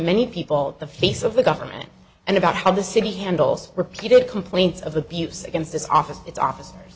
many people the face of the government and about how the city handles repeated complaints of abuse against this office its officers